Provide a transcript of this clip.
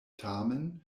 tamen